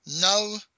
no